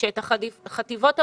שאת החטיבות הבוגרות,